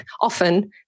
often